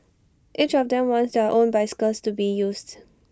each of them wants their own bicycles to be used